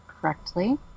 correctly